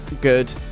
good